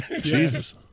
Jesus